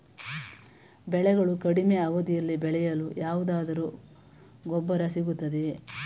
ಬೆಳೆಗಳು ಕಡಿಮೆ ಅವಧಿಯಲ್ಲಿ ಬೆಳೆಯಲು ಯಾವುದಾದರು ಗೊಬ್ಬರ ಸಿಗುತ್ತದೆಯೇ?